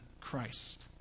Christ